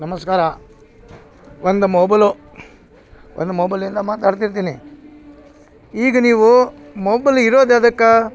ನಮಸ್ಕಾರ ಒಂದು ಮೋಬಲು ಒಂದು ಮೊಬಲಿಂದ ಮಾತಾಡ್ತಿರ್ತಿನಿ ಈಗ ನೀವು ಮೋಬಲ್ ಇರೋದು ಯಾವ್ದಕ್ಕೆ